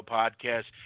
podcast